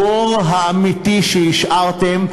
הבור האמיתי שהשארתם,